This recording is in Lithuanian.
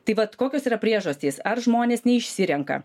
tai vat kokios yra priežastys ar žmonės neišsirenka